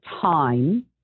time